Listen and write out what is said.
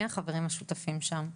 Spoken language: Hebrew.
מי החברים השותפים שם,